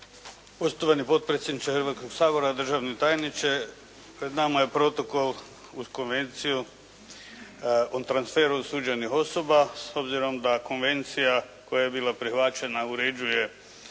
Poštovani potpredsjedniče Hrvatskoga sabora, državni tajniče. Pred nama je Protokol uz Konvenciju o transferu osuđenih osoba s obzirom da konvencija koja je bila prihvaćena uređuje